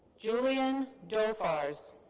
julien daouphars.